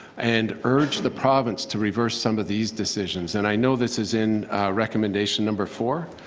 and urge the province to reverse some of these decisions. and i know this is in recommendation number four,